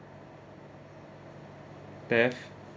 theft